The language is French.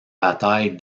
bataille